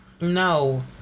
No